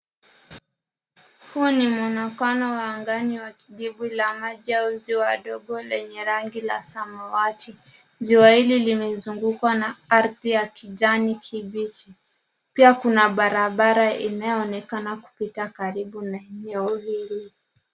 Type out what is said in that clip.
Huu ni mwonekano wa angani wa kidibwi la maji au ziwa ndogo lenye rangi la samawati. Ziwa hili limezungukwa na ardhi ya kijani kibichi. Pia kuna barabara inayoonekana kupita karibu na eneo hili.